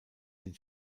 den